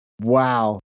Wow